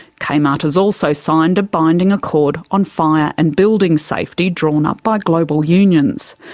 kmart has also signed a binding accord on fire and building safety drawn up by global unions.